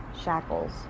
shackles